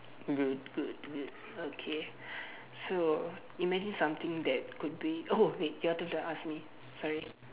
good good good okay so imagine something that could be oh wait your turn to ask me sorry